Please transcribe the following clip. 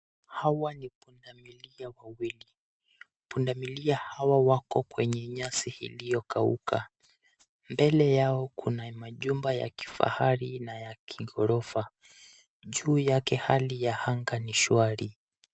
Hawa ni pundamilia wawili . Pundamilia hawa wako kwenye nyasi iliyokauka . Mbele yao kuna manyumba ya kifahari na ya kighorofa. Juu yake hali ya anga ni shwari.